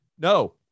No